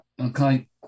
Okay